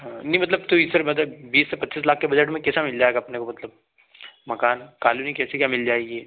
हाँ नहीं मतलब तो इस तरफ अगर बीस से पच्चीस लाख के बजट में कैसा मिल जाएगा अपने को मतलब मकान कालोनी कैसी क्या मिल जाएगी